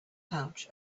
pouch